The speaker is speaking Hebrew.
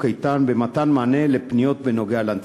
איתן" במתן מענה לפניות בנוגע להנצחה?